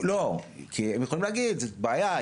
לא כי הם יכולים להגיד זה בעיה,